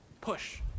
Push